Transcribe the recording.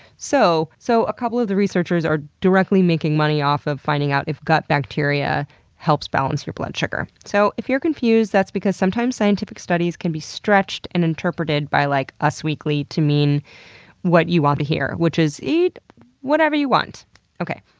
so so, a couple of the researchers are directly making money off of finding out if gut bacteria helps balance your blood sugar. so, if you're confused, that's because sometimes scientific studies can be stretched and interpreted by like, us weekly to mean what you want to hear, which is, eat whatever you want okay,